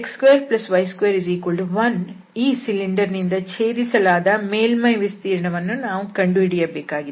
x2y21 ಈ cylinder ನಿಂದ ಛೇದಿಸಲಾದ ಮೇಲ್ಮೈ ವಿಸ್ತೀರ್ಣವನ್ನು ನಾವು ಕಂಡುಹಿಡಿಯಬೇಕಾಗಿದೆ